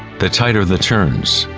the tighter the turns.